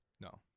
No